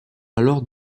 alors